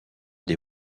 des